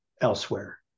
elsewhere